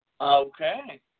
Okay